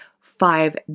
five